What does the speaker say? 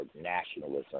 nationalism